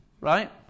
Right